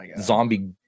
zombie